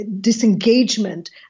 disengagement